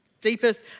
deepest